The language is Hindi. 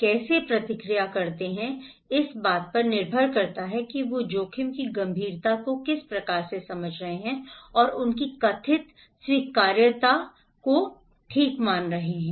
इसलिए लोग कैसे प्रतिक्रिया करते हैं यह इस बात पर निर्भर करता है कि वे जोखिम की गंभीरता को कैसे समझते हैं और उनकी कथित स्वीकार्यता को ठीक मानते हैं